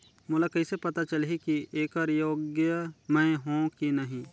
मोला कइसे पता चलही की येकर योग्य मैं हों की नहीं?